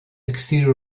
exterior